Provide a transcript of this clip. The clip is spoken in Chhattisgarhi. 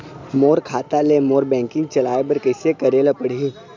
मोर खाता ले मोर बैंकिंग चलाए बर कइसे करेला पढ़ही?